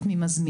את מי מזמינים,